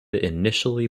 initially